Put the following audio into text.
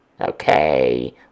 Okay